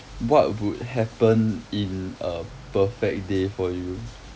what would happen in a perfect day for you